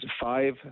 five